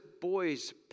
boy's